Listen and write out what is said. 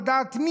לדעת,